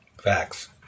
Facts